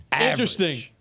Interesting